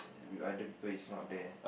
with other people is not there